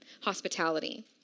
Hospitality